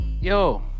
Yo